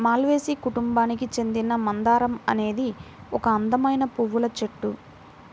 మాల్వేసి కుటుంబానికి చెందిన మందారం అనేది ఒక అందమైన పువ్వుల చెట్టు